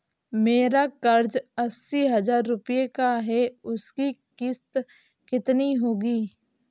मेरा कर्ज अस्सी हज़ार रुपये का है उसकी किश्त कितनी होगी?